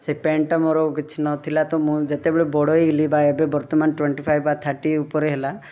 ସେ ପ୍ୟାଣ୍ଟ୍ଟା ମୋର କିଛି ନଥିଲା ତ ମୁଁ ଯେତେବେଳେ ବଡ଼ ହେଇଗଲି ବା ଏବେ ବର୍ତ୍ତମାନ ଟ୍ୱଣ୍ଟି ଫାଇବ୍ ବା ଥାର୍ଟି୍ ଉପରେ ହେଲା